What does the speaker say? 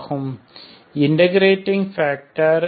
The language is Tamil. ஆகும் இன்டர்பிரேட்டிங் ஃபேக்டர்I